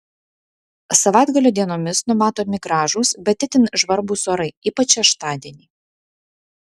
savaitgalio dienomis numatomi gražūs bet itin žvarbus orai ypač šeštadienį